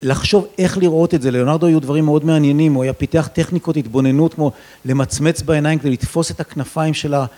לחשוב איך לראות את זה, ללאונרדו היו דברים מאוד מעניינים, הוא היה פיתח טכניקות התבוננות, כמו למצמץ בעיניים כדי לתפוס את הכנפיים שלה.